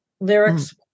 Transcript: lyrics